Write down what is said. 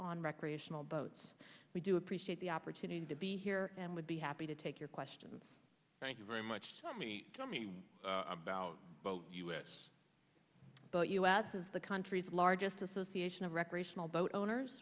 on recreational boats we do appreciate the opportunity to be here and would be happy to take your questions thank you very much tell me tell me about the us but us is the country's largest association of recreational boat owners